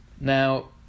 Now